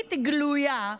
חיצונית גלויה,